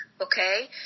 Okay